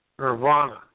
nirvana